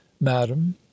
madam